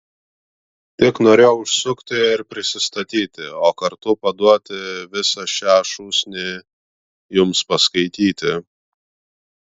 tik norėjau užsukti ir prisistatyti o kartu paduoti visą šią šūsnį jums paskaityti